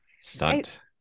stunt